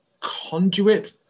conduit